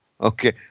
Okay